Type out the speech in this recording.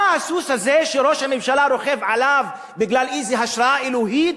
מה הסוס הזה שראש הממשלה רוכב עליו בגלל איזו השראה אלוהית,